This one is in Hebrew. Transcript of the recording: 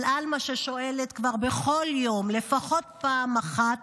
על עלמה ששואלת כבר בכל יום לפחות פעם אחת: